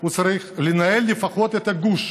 הוא צריך לנהל לפחות את הגוש.